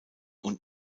und